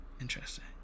interesting